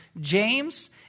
James